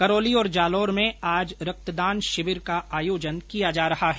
करौली और जालौर में आज रक्तदान शिविर का आयोजित किया जा रहा है